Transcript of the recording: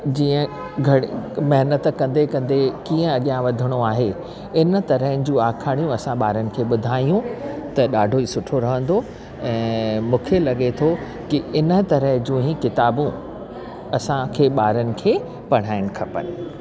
जीअं घणीं महिनत कंदे कंदे कीअं अॻियां वधिणो आहे इन तरह जूं आखाणियूं असां ॿारनि खे ॿुधायूं त ॾाढो ई सुठो रहंदो ऐं मूंखे लॻे थो की इन तरह जूं हीअ किताबूं असांखे ॿारनि खे पढ़ाइणु खपनि